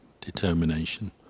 determination